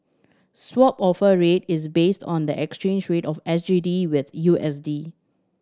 Swap Offer Rate is based on the exchange rate of S G D with U S D